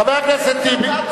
חבר הכנסת טיבי,